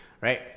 right